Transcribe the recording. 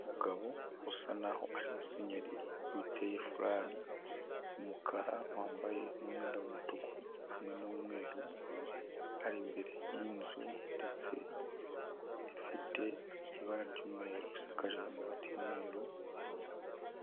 Umugabo usa n'aho ari musenyeri witeye furari y'umukara, wambaye n'umwenda w'umutuku hamwe n'umweru, ari imbere yinzu ndetse ifite ibara ry'umweru, isakaje n'amabati y'umweru.